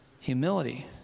Humility